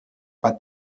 but